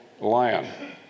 Lion